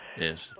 Yes